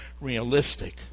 realistic